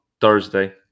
Thursday